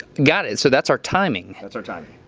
got it. so that's our timing. that's our timing.